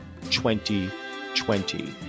2020